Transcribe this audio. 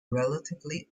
relatively